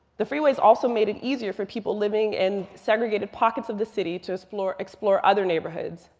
the freeways also made it easier for people living in segregated pockets of the city to explore explore other neighborhoods,